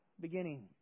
beginning